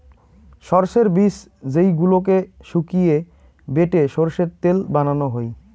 সরষের বীজ যেইগুলোকে শুকিয়ে বেটে সরষের তেল বানানো হই